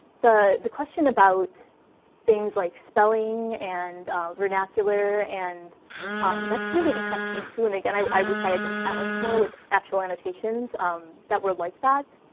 the the question about things like spelling and vernacular, and um that's really interesting, too. and again, i i wish i had been challenged more with actual annotations um that were like that.